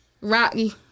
rocky